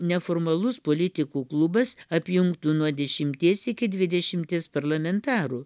neformalus politikų klubas apjungtų nuo dešimties iki dvidešimties parlamentarų